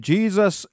Jesus